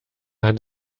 hat